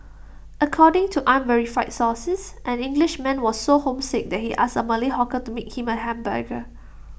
according to unverified sources an Englishman was so homesick that he asked A Malay hawker to make him A hamburger